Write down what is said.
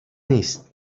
نیست